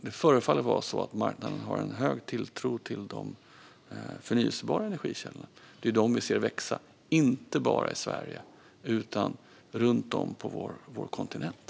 Det förefaller vara så att marknaden har en hög tilltro till de förnybara energikällorna. Det är dem vi ser växa, inte bara i Sverige utan runt om på vår kontinent.